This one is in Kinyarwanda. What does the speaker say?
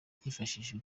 hifashishijwe